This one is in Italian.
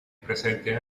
presente